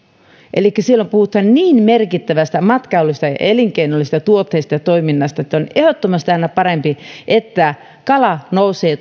elikkä silloin puhutaan niin merkittävästä matkailullisesta ja elinkeinollisesta tuotteesta ja toiminnasta että on ehdottomasti aina parempi että kala nousee